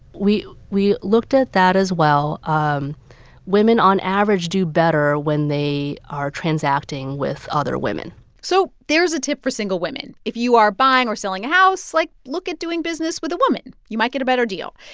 we we looked at that as well. um women, on average, do better when they are transacting with other women so there's a tip for single women. if you are buying or selling a house, like, look at doing business with a woman. you might get a better deal.